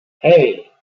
hey